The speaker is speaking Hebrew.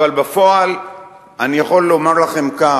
אבל בפועל אני יכול לומר לכם כך: